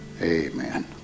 Amen